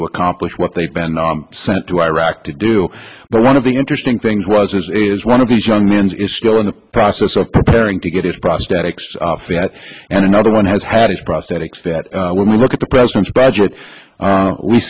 to accomplish what they've been sent to iraq to do but one of the interesting things was is one of these young men's is still in the process of preparing to get his prosthetics and another one has had his prosthetics that when we look at the president's budget